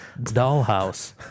dollhouse